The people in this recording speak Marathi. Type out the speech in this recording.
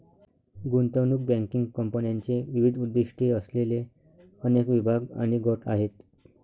गुंतवणूक बँकिंग कंपन्यांचे विविध उद्दीष्टे असलेले अनेक विभाग आणि गट आहेत